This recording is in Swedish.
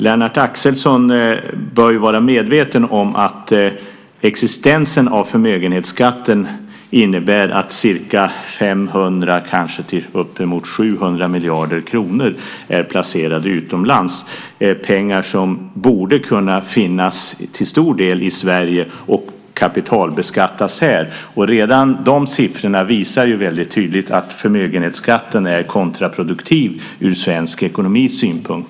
Lennart Axelsson bör ju vara medveten om att existensen av förmögenhetsskatten innebär att 500-700 miljarder kronor är placerade utomlands. Det är pengar som till stor del borde kunna finnas i Sverige och kapitalbeskattas här. Redan de siffrorna visar tydligt att förmögenhetsskatten är kontraproduktiv ur svensk ekonomis synpunkt.